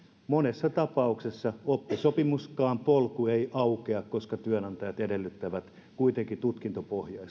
monessa tapauksessa oppisopimuspolkukaan ei aukea koska työnantajat edellyttävät kuitenkin tutkintopohjaa